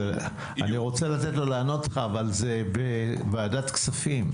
זה ועדת כספים.